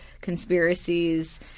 conspiracies